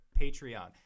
patreon